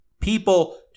People